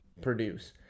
produce